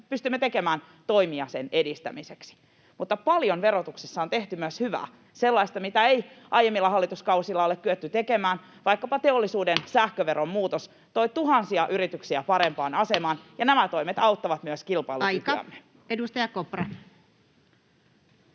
pysty tekemään toimia sen edistämiseksi. Mutta paljon verotuksessa on tehty myös hyvää — sellaista, mitä ei aiemmilla hallituskausilla ole kyetty tekemään. Vaikkapa teollisuuden sähköveron muutos toi tuhansia yrityksiä parempaan asemaan, ja nämä toimet auttavat myös kilpailukykyämme. [Speech 450]